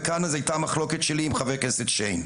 וכאן היתה המחלוקת שלי עם חבר הכנסת שיין.